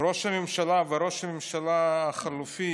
"ראש הממשלה וראש הממשלה החליפי